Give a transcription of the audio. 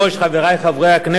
חברי חברי הכנסת,